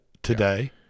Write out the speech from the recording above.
today